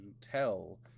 tell